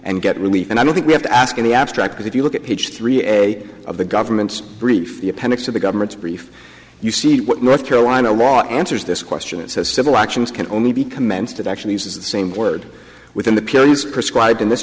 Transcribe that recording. and get relief and i don't think we have to ask in the abstract because if you look at page three a of the government's brief the appendix of the government's brief you see what north carolina law answers this question it says civil actions can only be commenced it actually uses the same word within the periods prescribed in this